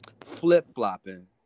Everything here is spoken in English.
flip-flopping